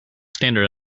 standard